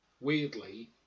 weirdly